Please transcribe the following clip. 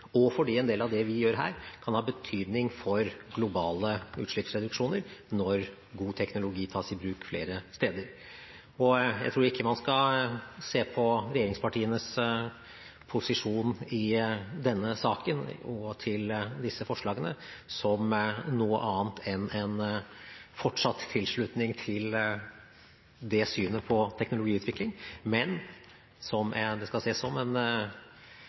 og fordi en del av det vi gjør her, kan ha betydning for globale utslippsreduksjoner når god teknologi tas i bruk flere steder. Jeg tror ikke man skal se på regjeringspartienes posisjon i denne saken og til disse forslagene som noe annet enn en fortsatt tilslutning til dette synet på teknologiutvikling, men det skal ses som en